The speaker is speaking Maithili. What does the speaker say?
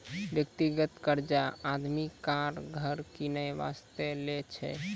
व्यक्तिगत कर्जा आदमी कार, घर किनै बासतें लै छै